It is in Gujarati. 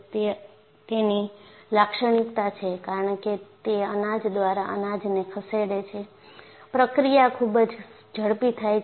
તે તેની લાક્ષણિકતા છે કારણ કે તે અનાજ દ્વારા અનાજને ખસેડે છે પ્રક્રિયા ખૂબ જ ઝડપી થાય છે